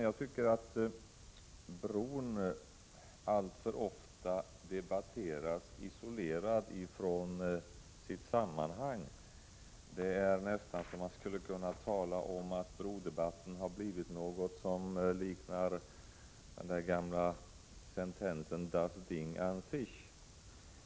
Jag tycker att bron alltför ofta debatteras isolerad från sitt sammanhang. Brodebatten kan nästan liknas vid det gamla uttrycket ”das Ding an sich”.